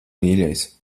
mīļais